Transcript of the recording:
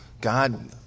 God